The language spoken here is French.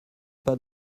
pas